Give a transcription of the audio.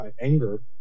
anger